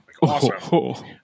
Awesome